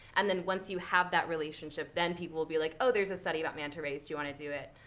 and then once you have that relationship, then people will be like, oh, there's a study about manta rays. do you want to do it?